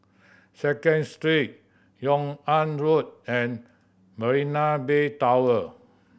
Second Street Yung An Road and Marina Bay Tower